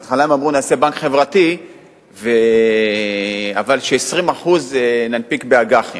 בהתחלה הם אמרו: נעשה בנק חברתי אבל 20% ננפיק באג"חים.